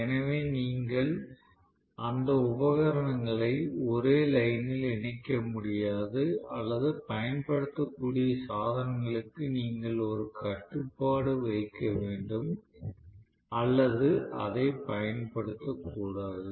எனவே நீங்கள் அந்த உபகரணங்களை ஒரே லைன் ல் இணைக்க முடியாது அல்லது பயன்படுத்தக்கூடிய சாதனங்களுக்கு நீங்கள் ஒரு கட்டுப்பாடு வைக்க வேண்டும் அல்லது அதைப் பயன்படுத்த கூடாது